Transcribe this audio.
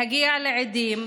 להגיע לעדים,